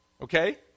Okay